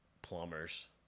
plumbers